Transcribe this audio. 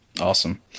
Awesome